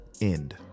end